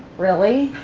really?